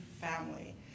family